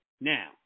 Now